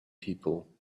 people